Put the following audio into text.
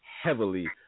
heavily